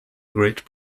great